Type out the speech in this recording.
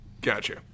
Gotcha